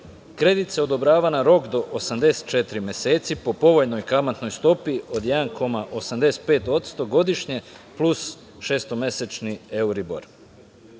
Kredit se odobrava na rok do 84 meseci po povoljnoj kamatnoj stopi od 1,85% godišnje, plus šestomesečni euribor.